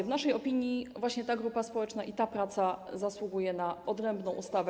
W naszej opinii właśnie ta grupa społeczna i ta praca zasługują na odrębną ustawę.